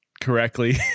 correctly